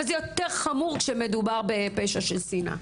אבל זה יותר חמור כשמדובר בפשע של שנאה.